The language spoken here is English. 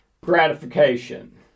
gratification